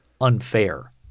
unfair